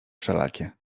wszelakie